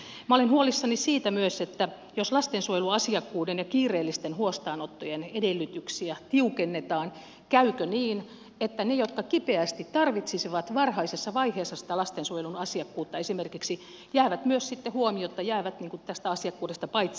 minä olen huolissani myös siitä että jos lastensuojeluasiakkuuden ja kiireellisten huostaanottojen edellytyksiä tiukennetaan käykö niin että ne jotka kipeästi tarvitsisivat varhaisessa vaiheessa sitä lastensuojelun asiakkuutta esimerkiksi jäävät myös sitten huomiotta jäävät tästä asiakkuudesta paitsi